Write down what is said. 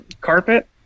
carpet